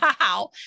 wow